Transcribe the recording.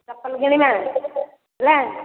ଚପଲ କିଣିବା ହେଲା